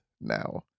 now